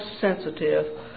sensitive